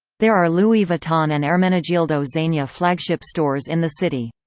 there are louis vuitton and ermenegildo zegna flagship stores in the city.